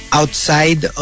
outside